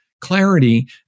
clarity